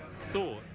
thought